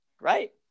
Right